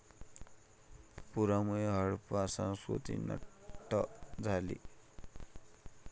पुरामुळे हडप्पा संस्कृती नष्ट झाली